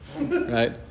right